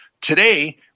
Today